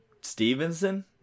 Stevenson